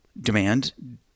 demand